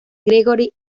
gregory